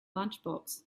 lunchbox